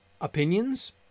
opinions